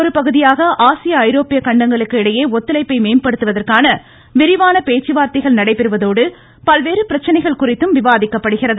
ஒருபகுதியாக இதன் இடையே ஒத்துழைப்பை மேம்படுத்துவதற்கான விரிவான பேச்சுவார்த்தைகள் நடைபெறுவதோடு பல்வேறு பிரச்சினைகள் குறித்தும் விவாதிக்கப்படுகிறது